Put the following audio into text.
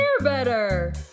better